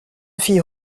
fille